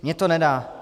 Mně to nedá.